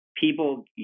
people